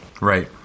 right